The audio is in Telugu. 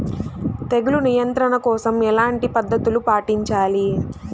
తెగులు నియంత్రణ కోసం ఎలాంటి పద్ధతులు పాటించాలి?